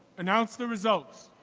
announce the results.